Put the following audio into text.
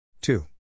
two